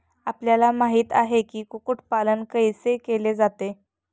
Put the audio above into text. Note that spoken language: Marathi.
आपल्याला माहित आहे की, कुक्कुट पालन कैसे केले जाते?